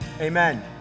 Amen